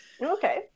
Okay